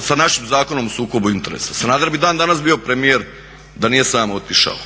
sa našim Zakonom o sukobu interesa? Sanader bi dan danas bio premijer da nije sam otišao.